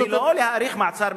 ולא להאריך מעצר,